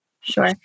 Sure